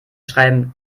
schreiben